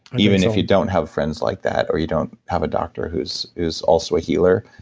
even if you don't have friends like that, or you don't have a doctor who's who's also a healer,